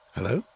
Hello